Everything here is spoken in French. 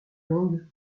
longues